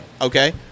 Okay